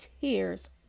tears